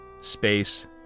space